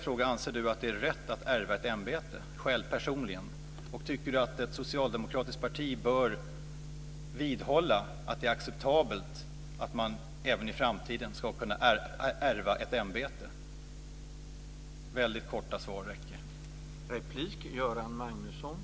Anser Göran Magnusson personligen att det är rätt att ärva ett ämbete? Tycker Göran Magnusson att ett socialdemokratiskt parti bör vidhålla att det är acceptabelt att man även i framtiden ska kunna ärva ett ämbete? Det räcker med väldigt korta svar.